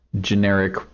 generic